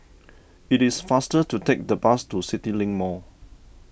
it is faster to take the bus to CityLink Mall